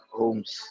homes